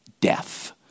death